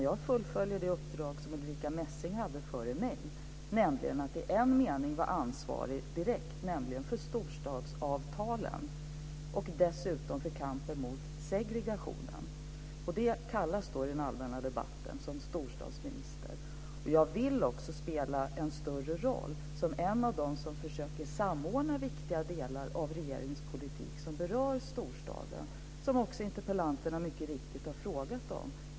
Jag fullföljer det uppdrag som Ulrica Messing hade före mig, dvs. att i en mening vara ansvarig direkt, nämligen för storstadsavtalen, och dessutom för kampen mot segregationen. Det kallas i den allmänna debatten för storstadsminister. Jag vill också spela en större roll som en av dem som försöker samordna viktiga delar av regeringens politik som berör storstaden. Det har interpellanterna också mycket riktigt frågat om.